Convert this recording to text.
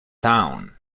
town